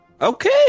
Okay